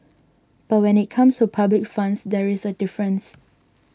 but when it comes to public funds there is a difference